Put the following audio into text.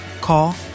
Call